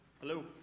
Hello